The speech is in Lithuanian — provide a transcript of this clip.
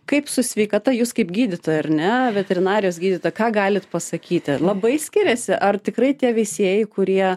kaip su sveikata jūs kaip gydytoja ar ne veterinarijos gydytoja ką galit pasakyti labai skiriasi ar tikrai tie veisėjai kurie